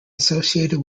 associated